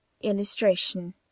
Illustration